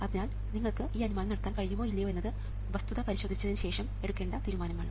അതിനാൽ നിങ്ങൾക്ക് ഈ അനുമാനം നടത്താൻ കഴിയുമോ ഇല്ലയോ എന്നത് വസ്തുത പരിശോധിച്ചതിന് ശേഷം എടുക്കേണ്ട തീരുമാനമാണ്